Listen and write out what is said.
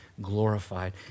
glorified